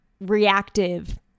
reactive